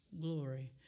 glory